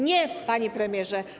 Nie, panie premierze.